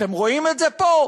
אתם רואים את זה פה?